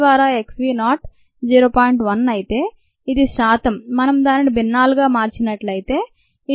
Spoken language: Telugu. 1 అయితే ఇది శాతం మనం దానిని భిన్నాలు గా మార్చినట్లయితే ఇది 0